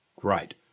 Great